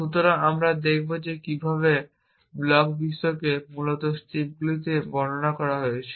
সুতরাং আমরা দেখব যে কীভাবে ব্লক বিশ্বকে মূলত স্ট্রিপগুলিতে বর্ণনা করা হয়েছে